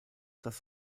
das